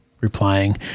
Replying